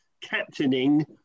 captaining